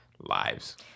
lives